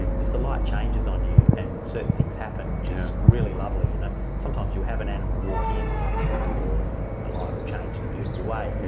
is the light changes on you, and certain things happen which is really lovely you know. sometimes you have an animal walk in, or or the light would change in beautiful way.